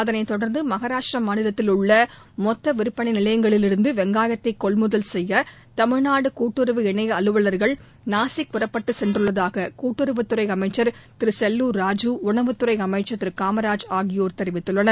அதனைத் தொடர்ந்து மகாராஷ்டிரா மாநிலத்தில் உள்ள மொத்த விற்பனை நிலையங்களிலிருந்து வெங்காயத்தை கொள்முதல் செய்ய தமிழ்நாடு கூட்டுறவு இணைய அலுவல்கள் நாசிக் புறப்பட்டுக் சென்றுள்ளதாக கூட்டுறவுத்துறை அமைச்சர் திரு செல்லூர் ராஜூ உணவுத்துறை அமைச்சர் திரு காமராஜ் ஆகியோர் தெரிவித்துள்ளனர்